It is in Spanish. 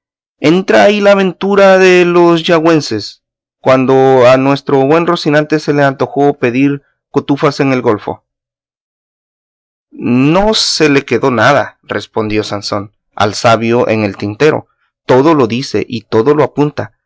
entra ahí la aventura de los yangüeses cuando a nuestro buen rocinante se le antojó pedir cotufas en el golfo no se le quedó nada respondió sansón al sabio en el tintero todo lo dice y todo lo apunta